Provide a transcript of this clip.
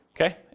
Okay